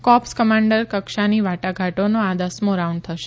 corps commander કક્ષાની વાટાઘાટોનો આ દસમો રાઉન્ડ થશે